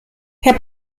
herr